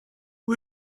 who